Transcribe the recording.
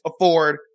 afford